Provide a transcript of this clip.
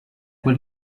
quel